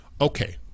okay